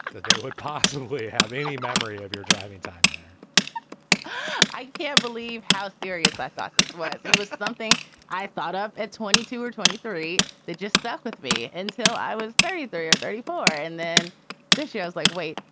that they would possibly have any memory of your driving time there i can't believe how serious i thought this was. and it was something i thought up at twenty two or twenty three. they just stuck with me until i was thirty three or thirty four. and then this year, i was like, wait.